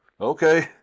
Okay